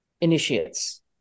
initiates